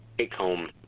take-home